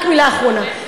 רק מילה אחרונה,